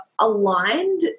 aligned